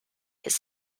his